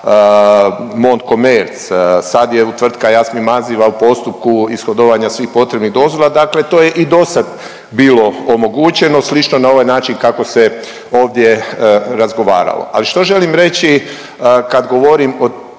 Montkomerc, sad je tvrtka Jasmin maziva u postupku ishodovanja svih potrebnih dozvola, dakle to je i dosad bilo omogućeno slično na ovaj način kako se ovdje razgovaralo. Ali što želim reći kad govorim o